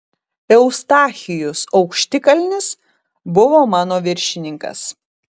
eustachijus aukštikalnis buvo mano viršininkas